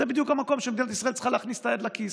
זה בדיוק המקום שמדינת ישראל צריכה להכניס את היד לכיס.